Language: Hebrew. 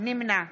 נמנע